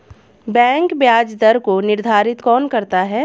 Bank ब्याज दर को निर्धारित कौन करता है?